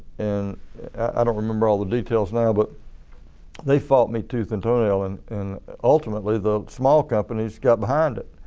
and i don't remember all the details now but they fought me tooth and toe nail and and ultimately the small companies got behind it.